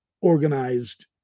organized